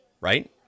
right